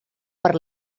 per